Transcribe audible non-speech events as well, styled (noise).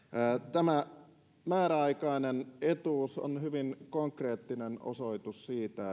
tämä määräaikainen etuus on hyvin konkreettinen osoitus siitä (unintelligible)